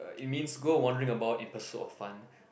uh it means go wondering about in pursuit of fun